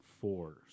four